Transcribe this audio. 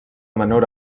menor